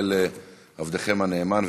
כולל עבדכם הנאמן,